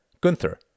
Gunther